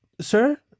Sir